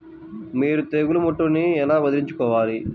మీరు తెగులు ముట్టడిని ఎలా వదిలించుకోవాలి?